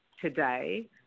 today